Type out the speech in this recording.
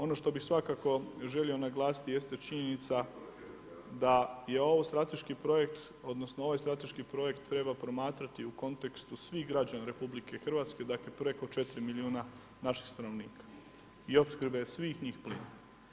Ono što bih svakako želio naglasiti jeste činjenica da je ovo strateški projekt odnosno ovaj strateški projekt treba promatrati u kontekstu svih građana RH, dakle preko 4 milijuna naših stanovnika i opskrbe svih njih plinom.